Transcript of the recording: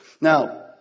Now